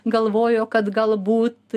galvojo kad galbūt